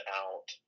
out